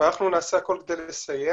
ואנחנו נעשה הכול כדי לסייע.